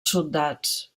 soldats